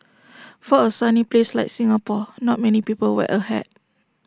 for A sunny place like Singapore not many people wear A hat